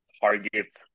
targets